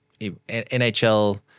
NHL